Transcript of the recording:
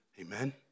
Amen